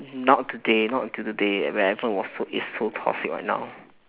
not today not until today where everyone was so is so toxic right now